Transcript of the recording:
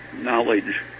knowledge